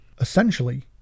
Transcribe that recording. Essentially